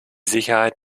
sicherheit